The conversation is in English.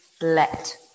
let